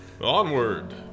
Onward